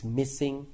missing